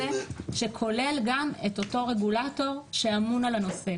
שכולל גם את אותו רגולטור שאמון על הנושא.